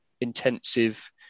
intensive